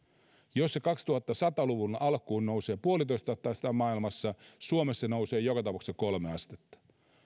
jos se kaksituhattasata luvun alkuun nousee yksi pilkku viisi astetta maailmassa suomessa se nousee joka tapauksessa kolme astetta